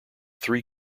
three